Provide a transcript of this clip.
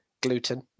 Gluten